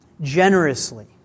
generously